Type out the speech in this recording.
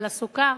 ועל הסוכר?